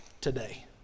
today